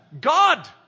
God